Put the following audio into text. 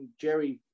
Jerry